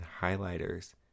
highlighters